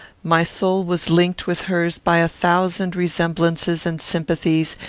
my soul was linked with hers by a thousand resemblances and sympathies,